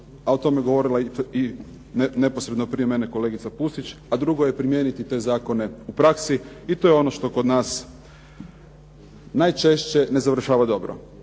a o tome je govorila neposredno prije mene kolegica Pusić, a drugo je primijeniti te zakone u praksi. I to je ono što kod nas najčešće ne završava dobro.